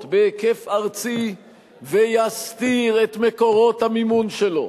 בהיקף ארצי ויסתיר את מקורות המימון שלו,